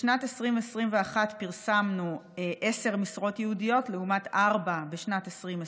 בשנת 2021 פרסמנו עשר משרות ייעודיות לעומת ארבע בשנת 2020,